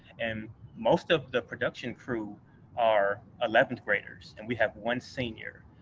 and most of the production crew are eleventh graders and we have one senior.